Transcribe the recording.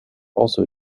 also